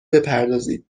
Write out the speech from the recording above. بپردازید